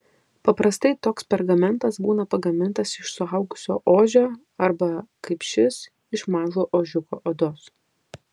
paprastai toks pergamentas būna pagamintas iš suaugusio ožio arba kaip šis iš mažo ožiuko odos